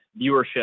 viewership